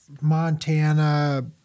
Montana